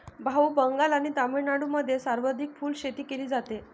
भाऊ, बंगाल आणि तामिळनाडूमध्ये सर्वाधिक फुलशेती केली जाते